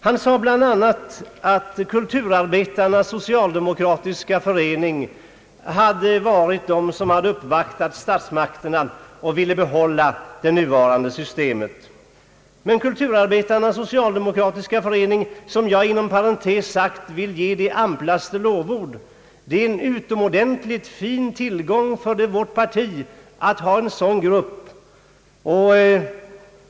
Han sade bland annat att Kulturarbetarnas socialdemokratiska förening hade stått för uppvaktningen hos statsmakterna och ville behålla det nuvarande systemet. Jag vill inom parentes sagt ge Kulturarbetarnas socialdemokratiska förening de amplaste lovord. Det är en utomordentligt fin tillgång för vårt parti att ha en sådan grupp.